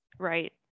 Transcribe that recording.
Right